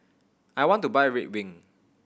I want to buy Ridwind